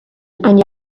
and